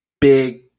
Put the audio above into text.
big